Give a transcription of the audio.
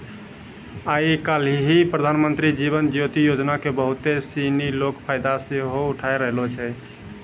आइ काल्हि प्रधानमन्त्री जीवन ज्योति योजना के बहुते सिनी लोक फायदा सेहो उठाय रहलो छै